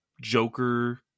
Joker